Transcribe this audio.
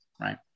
right